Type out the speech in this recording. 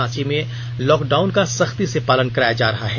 रांची में lockdown का सख्ती से पालन कराया जा रहा है